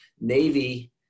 Navy